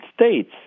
States